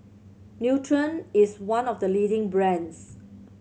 Nutren is one of the leading brands